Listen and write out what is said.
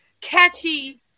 catchy